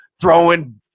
throwing